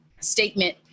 statement